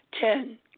Ten